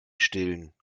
stillen